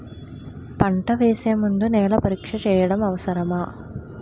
పంట వేసే ముందు నేల పరీక్ష చేయటం అవసరమా?